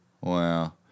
Wow